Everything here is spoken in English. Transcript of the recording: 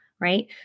Right